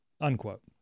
unquote